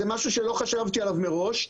משהו שלא חשבתי עליו מראש.